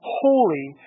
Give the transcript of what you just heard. holy